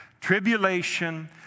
tribulation